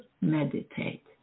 meditate